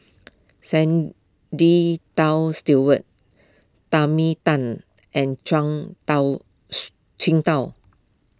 Stewart Tan and Zhuang Tao